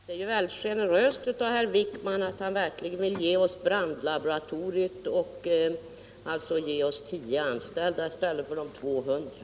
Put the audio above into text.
Herr talman! Jag vill bara konstatera att det är mycket generöst av herr Wijkman att han verkligen vill ge oss brandlaboratoriet och alltså 10 anställda i stället för de 200.